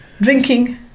Drinking